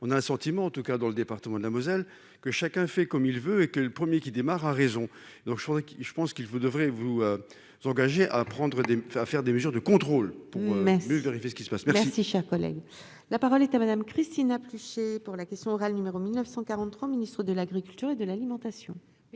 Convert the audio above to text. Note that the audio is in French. on a le sentiment en tout cas dans le département de la Moselle que chacun fait comme il veut et que le 1er qui démarre à raison, donc, je crois, je pense qu'il vous devrez vous engager à prendre des à faire des mesures de contrôle pour but de vérifier ce qui se passe. Merci, cher collègue, la parole est à Madame Christine touché pour la question orale numéro 1943 Ministre de l'Agriculture et de l'alimentation.